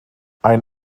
ein